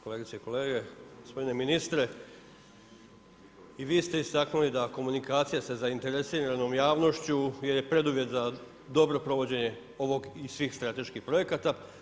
Kolegice i kolege, gospodine ministre i vi ste istaknuli da komunikacija sa zainteresiranom javnošću je preduvjet za dobro provođenje ovog i svih strateških projekata.